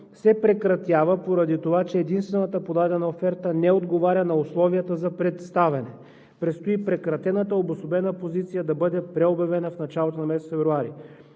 се прекратява поради това, че единствената подадена оферта не отговаря на условията за представяне. Предстои прекратената обособена позиция да бъде преобявена в началото на месец февруари.